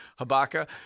Habaka